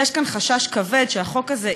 יש כאן חשש כבד שהחוק הזה,